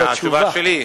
בתשובה שלי,